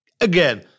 Again